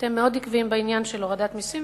אתם מאוד עקביים בעניין של הורדת מסים,